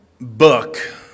book